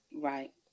Right